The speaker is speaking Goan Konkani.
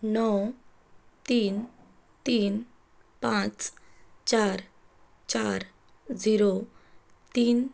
णव तीन तीन पांच चार चार झिरो तीन